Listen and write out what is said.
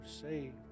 saved